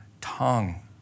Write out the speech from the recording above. tongue